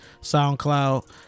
SoundCloud